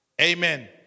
Amen